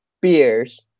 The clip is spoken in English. beers